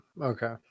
Okay